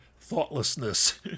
thoughtlessness